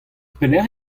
pelecʼh